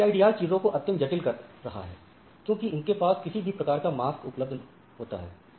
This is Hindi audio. अब CIDR चीजों को अत्यंत जटिल कर दे रहा है क्योंकि इसके पास किसी भी प्रकार का मास्क उपलब्ध होता है